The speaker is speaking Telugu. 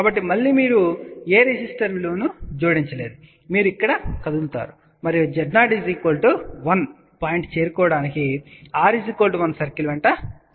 కాబట్టి మళ్ళీ మీరు ఏ రెసిస్టర్ విలువను జోడించలేదు మీరు ఇక్కడ కదులుతారు మరియు z0 1 పాయింట్ చేరుకోవడానికి r 1 సర్కిల్ వెంట వెళ్ళండి